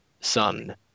Sun